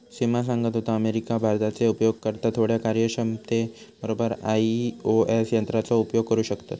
सिमा सांगत होता, अमेरिका, भारताचे उपयोगकर्ता थोड्या कार्यक्षमते बरोबर आई.ओ.एस यंत्राचो उपयोग करू शकतत